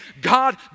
God